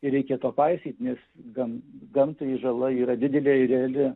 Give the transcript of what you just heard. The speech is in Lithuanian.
reikia to paisyt nes gan gamtai žala yra didelė ir reali